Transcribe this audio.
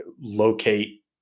locate